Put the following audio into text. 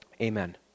amen